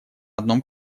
одном